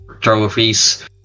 trophies